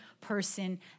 person